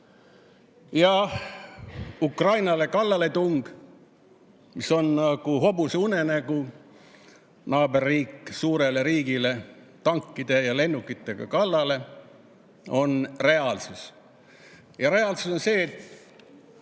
Ukrainale kallaletung, mis on nagu hobuse unenägu, et naaberriik suurele riigile tankide ja lennukitega kallale [tungib], on reaalsus. Ja reaalsus on see, et